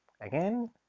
again